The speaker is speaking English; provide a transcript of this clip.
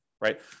right